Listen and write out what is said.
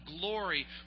glory